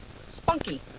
Spunky